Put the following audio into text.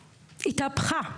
התהפכה.